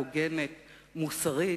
הוגנת ומוסרית,